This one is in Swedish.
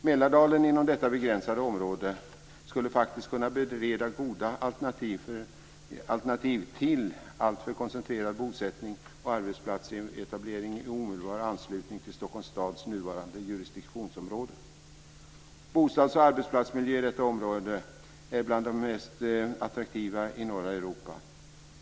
Mälardalen skulle inom detta begränsade område faktiskt kunna bereda goda alternativ till en alltför koncentrerad bosättning och arbetsplatsetablering i omedelbar anslutning till Stockholms stads nuvarande jurisdiktionsområde. Bostads och arbetsplatsmiljöerna i detta område är bland de mest attraktiva i norra Europa.